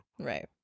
right